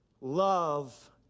love